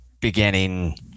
beginning